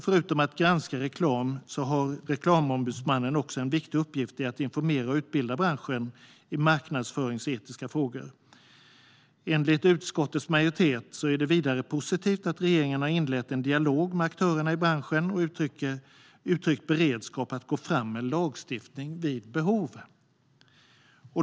Förutom att granska reklam har Reklamombudsmannen också en viktig uppgift i att informera och utbilda branschen i marknadsföringsetiska frågor. Enligt utskottets majoritet är det vidare positivt att regeringen har inlett en dialog med aktörerna i branschen och uttryckt beredskap att gå fram med lagstiftning vid behov.